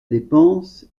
dépense